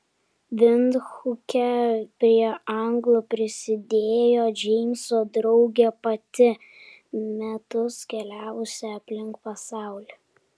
vindhuke prie anglų prisidėjo džeimso draugė pati metus keliavusi aplink pasaulį